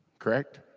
correct.